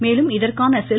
மேலும் இதற்கான செல்